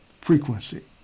frequency